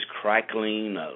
crackling